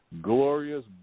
Glorious